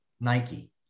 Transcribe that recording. Nike